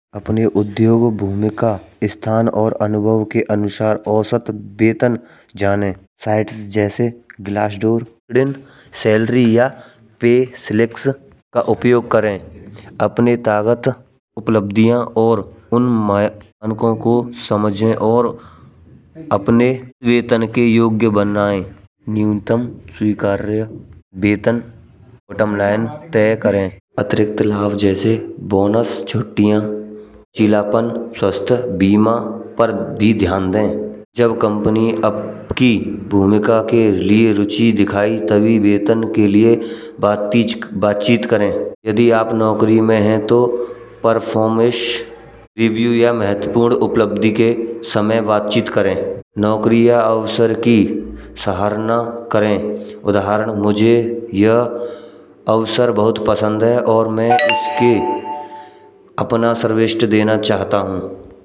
अपने उद्योग भूमिका स्थान और अनुभव के अनुसार औसत वेतन जानें साइट्स जैसे ग्लासडोर, ड्रिल, सैलरी या पेसलिप्स का उपयोग करें। अपने तगड़े उपलब्धियां और उन मानकों को समझें और अपने वेतन के योग्य बनाएँ। न्यूनतम स्वीकार्य वेतन बॉटम लाइन तय करें। अतिरिक्त लाभ जैसे बोनस, छुट्टियाँ, जिला पान स्वास्थ्य, बीमा पर भी ध्यान दें। जब कंपनी आपकी भूमिका के लिए रुचि दिखाए तभी वेतन के लिए बात चीत करें। यदि आप नौकरी में हैं तो परफॉर्मेंस, समीक्षा या उपलब्धि के समय बातचीत करें। नौकरी या अवसर की सराहना करें उदाहरण मुझे यह अवसर बहुत पसंद है और मैं इसके अपना सर्वोत्तम देना चाहता हूँ।